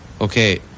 Okay